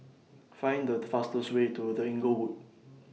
Find The fastest Way to The Inglewood